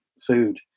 food